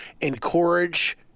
encourage